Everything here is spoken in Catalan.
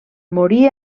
morí